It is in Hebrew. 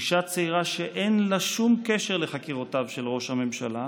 אישה צעירה שאין לה שום קשר לחקירותיו של ראש הממשלה,